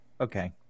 okay